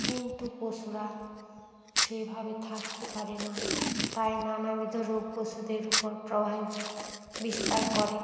কিন্তু পশুরা সেইভাবে থাকতে পারে না তাই নানাবিধ রোগ পশুদের উপর প্রভাব বিস্তার করে